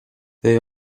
they